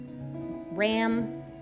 ram